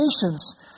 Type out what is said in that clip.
patience